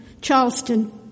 Charleston